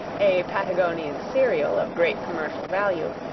a patagonian cereal of great commercial value,